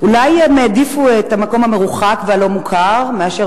אולי הם העדיפו את המקום המרוחק והלא-מוכר מאשר